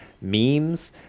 memes